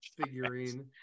figurine